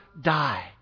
die